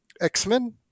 X-Men